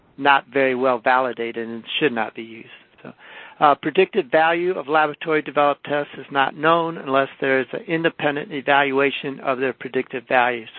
not very well validated and should not be used. predictive value of laboratory-developed test is not known unless there's independent evaluation of the predictive values.